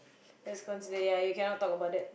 that's consider ya you cannot talk about that